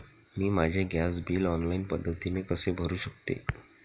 मी माझे gas bill online पद्धतीने कसे भरु शकते?